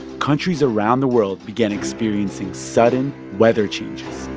countries around the world began experiencing sudden weather changes